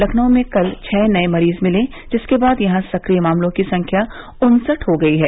लखनऊ में कल छः नए मरीज मिले जिसके बाद यहां सक्रिय मामलों की संख्या उन्सठ हो गई है